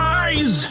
eyes